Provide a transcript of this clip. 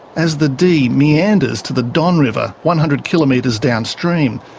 as the dee meanders to the don river one hundred kilometres downstream,